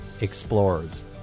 explorers